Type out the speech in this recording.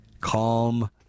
calm